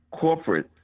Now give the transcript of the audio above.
corporate